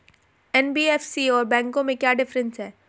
NBFC और बैंकों में क्या डिफरेंस है?